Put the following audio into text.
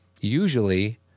Usually